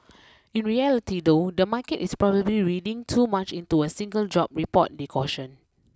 in reality though the market is probably reading too much into a single job report they cautioned